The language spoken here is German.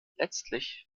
letztlich